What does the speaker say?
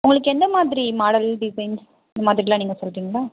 உங்களுக்கு என்ன மாதிரி மாடல் டிசைன்ஸ் இந்த மாதிரியெலாம் நீங்கள் சொல்கிறிங்களா